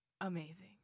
Amazing